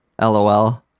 lol